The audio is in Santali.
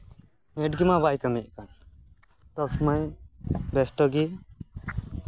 ᱱᱮᱹᱴ ᱜᱮᱢᱟ ᱵᱟᱭ ᱠᱟᱹᱢᱤᱭᱮᱫ ᱠᱟᱱ ᱥᱚᱵᱽ ᱥᱚᱢᱚᱭ ᱵᱮᱥᱛᱚ ᱜᱮ